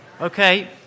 Okay